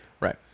Right